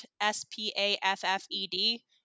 S-P-A-F-F-E-D